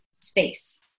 space